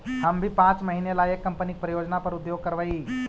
हम भी पाँच महीने ला एक कंपनी की परियोजना पर उद्योग करवई